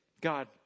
God